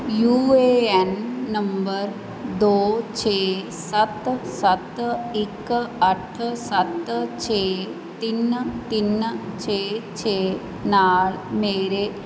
you A N ਨੰਬਰ ਦੋ ਛੇ ਸੱਤ ਸੱਤ ਇੱਕ ਅੱਠ ਸੱਤ ਛੇ ਤਿੰਨ ਤਿੰਨ ਛੇ ਛੇ ਨਾਲ ਮੇਰੇ